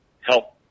help